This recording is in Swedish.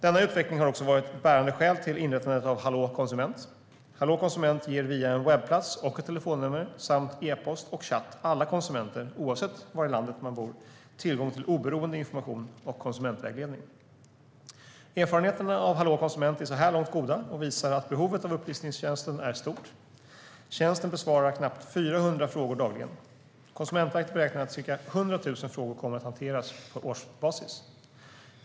Denna utveckling har också varit ett bärande skäl till inrättandet av Hallå konsument. Hallå konsument ger via en webbplats och ett telefonnummer samt e-post och chatt alla konsumenter, oavsett var i landet de bor, tillgång till oberoende information och konsumentvägledning. Erfarenheterna av Hallå konsument är så här långt goda och visar att behovet av upplysningstjänsten är stort. Tjänsten besvarar knappt 400 frågor dagligen. Konsumentverket beräknar att ca 100 000 frågor kommer att hanteras på årsbasis.